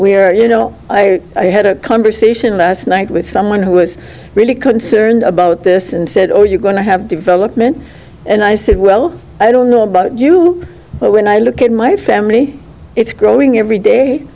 are you know i had a conversation last night with someone who was really concerned about this and said oh you're going to have development and i said well i don't know about you but when i look at my family it's growing every day